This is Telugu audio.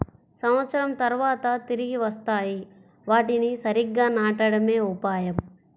సంవత్సరం తర్వాత తిరిగి వస్తాయి, వాటిని సరిగ్గా నాటడమే ఉపాయం